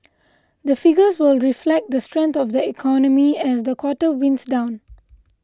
the figures will reflect the strength of the economy as the quarter winds down